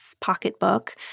pocketbook